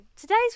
today's